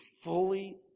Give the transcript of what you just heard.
fully